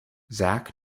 zak